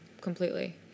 completely